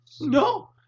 No